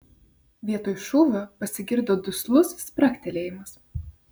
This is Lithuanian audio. vietoj šūvio pasigirdo duslus spragtelėjimas